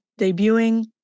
debuting